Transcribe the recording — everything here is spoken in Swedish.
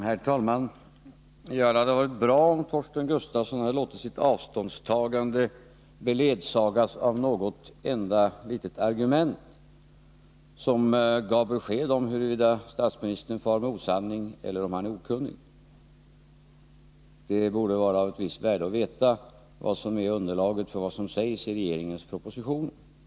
Herr talman! Det hade varit bra om Torsten Gustafsson hade låtit sitt avståndstagande beledsagas av något enda litet argument som gav besked om huruvida statsministern far med osanning eller är okunnig. Det är av ett visst värde att veta vad som är underlaget för vad som sägs i propositionen.